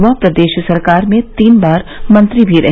वह प्रदेश सरकार में तीन बार मंत्री भी रहे